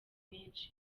menshi